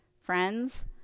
Friends